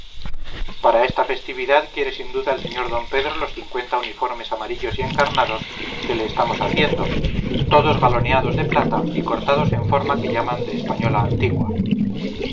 para esta festividad quiere sin duda el sr d pedro los cincuenta uniformes amarillos y encarnados que le estamos haciendo todos galoneados de plata y cortados en forma que llaman de española antigua